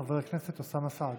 חבר הכנסת אוסאמה סעדי.